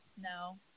No